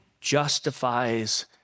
justifies